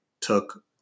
took